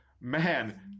man